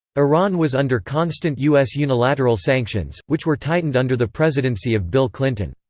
iran was under constant us unilateral sanctions, which were tightened under the presidency of bill clinton.